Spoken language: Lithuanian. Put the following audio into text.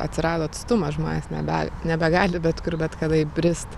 atsirado atstumas žmonės nege nebegali bet kur bet kada įbrist